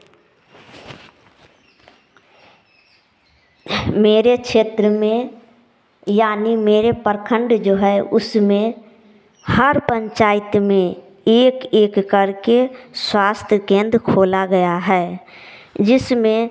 मेरे क्षेत्र में यानी मेरे प्रखंड जो है उसमें हर पंचायत में एक एक करके स्वास्थ्य केंद्र खोला गया है जिसमें